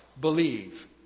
believe